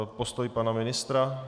Postoj pana ministra?